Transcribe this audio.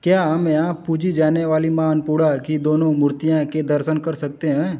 क्या हम यहाँ पूजी जाने वाली माँ अन्नपूर्णा की दोनों मूर्तियाँ के दर्शन कर सकते हैं